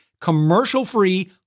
commercial-free